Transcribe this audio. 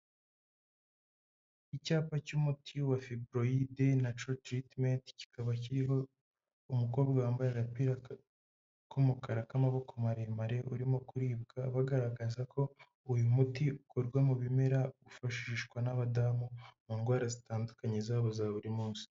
Icyapa cy'umuti wa fibroide natural treatment kikaba kiriho umukobwa wambaye agapira k'umukara k'amaboko maremare urimo kuribwa. Bakaba bagaragaza ko uyu muti ukorwa mu bimera, wifashishwa n'abadamu mu ndwara zitandukanye zabo za buri munsi.